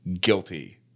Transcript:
guilty